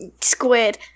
Squid